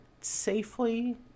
safely